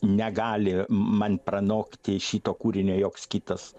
negali man pranokti šito kūrinio joks kitas